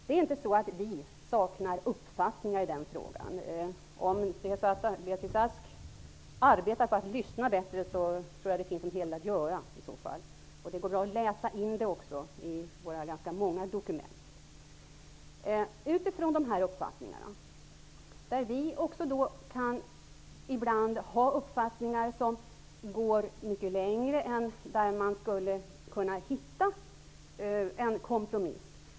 Det är inte så att vi saknar uppfattningar i den frågan. Om Beatrice Ask arbetar på att lyssna bättre, tror jag hon har en hel del att göra. Det går också bra att läsa in våra uppfattningar i våra ganska många dokument. Vi går ibland i våra uppfattningar mycket längre än vad som är möjligt för att man skall kunna hitta en kompromiss.